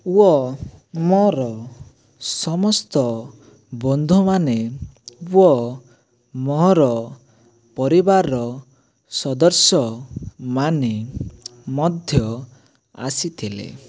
ୱ ମୋର ସମସ୍ତ ବନ୍ଧୁମାନେ ୱ ମୋହର ପରିବାରର ସଦରସ୍ୟମାନେ ମଧ୍ୟ ଆସିଥିଲେ